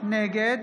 נגד